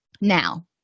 now